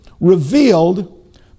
revealed